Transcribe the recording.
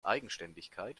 eigenständigkeit